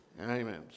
Amen